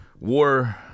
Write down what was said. War